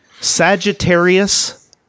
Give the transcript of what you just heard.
Sagittarius